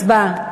הצבעה.